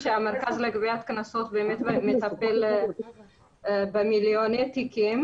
המרכז לגביית קנסות מטפל במיליוני תיקים.